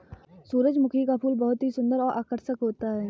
सुरजमुखी का फूल बहुत ही सुन्दर और आकर्षक होता है